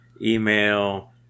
email